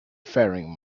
faring